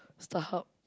StarHub